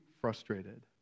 frustrated